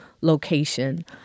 location